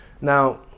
Now